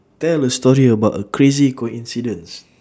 tell a story about a crazy coincidence